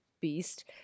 beast